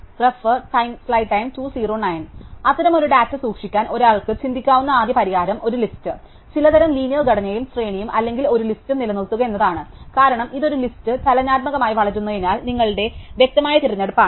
അതിനാൽ അത്തരമൊരു ഡാറ്റ സൂക്ഷിക്കാൻ ഒരാൾക്ക് ചിന്തിക്കാവുന്ന ആദ്യ പരിഹാരം ഒരു ലിസ്റ്റ് ചിലതരം ലീനിയർ ഘടനയും ശ്രേണിയും അല്ലെങ്കിൽ ഒരു ലിസ്റ്റും നിലനിർത്തുക എന്നതാണ് കാരണം ഇത് ഒരു ലിസ്റ്റ് ചലനാത്മകമായി വളരുന്നതിനാൽ നിങ്ങളുടെ വ്യക്തമായ തിരഞ്ഞെടുപ്പാണ്